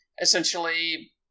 essentially